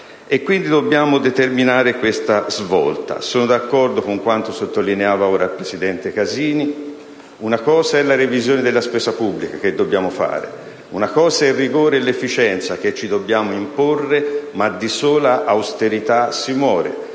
Quindi, dobbiamo promuovere questa svolta. Sono d'accordo con quanto sottolineato ora dal presidente Casini: una cosa è la revisione della spesa pubblica, che dobbiamo realizzare, e una cosa sono il rigore e l'efficienza, che ci dobbiamo imporre, ma di sola austerità si muore.